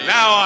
Now